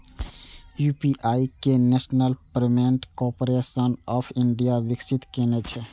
UPI कें national payments corporation of India विकसित केने छै